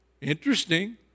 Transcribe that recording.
Interesting